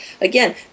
Again